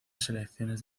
selecciones